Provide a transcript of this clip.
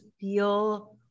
feel